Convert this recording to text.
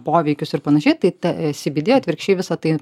poveikius ir panašiai tai ta cbd atvirkščiai visa tai